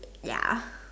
ya